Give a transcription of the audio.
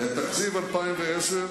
העלית מסים.